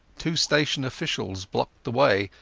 two station officials blocked the way,